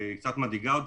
קצת מדאיגה אותי,